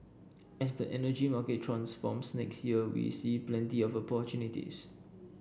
as the energy market transforms next year we see plenty of opportunities